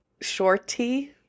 shorty